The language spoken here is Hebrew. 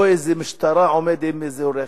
או משטרה עם איזה רכב.